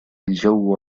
الجو